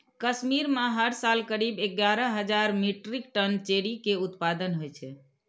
कश्मीर मे हर साल करीब एगारह हजार मीट्रिक टन चेरी के उत्पादन होइ छै